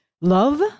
love